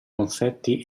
confetti